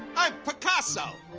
i'm picasso! ah,